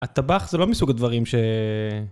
הטבח זה לא מסוג הדברים ש...